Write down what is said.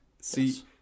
See